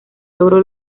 logró